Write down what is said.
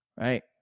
right